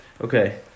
Okay